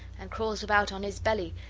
and crawls about on his belly,